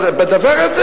אבל בדבר הזה,